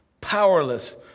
powerless